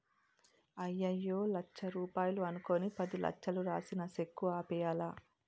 అయ్యయ్యో లచ్చ రూపాయలు అనుకుని పదిలచ్చలు రాసిన సెక్కు ఆపేయ్యాలా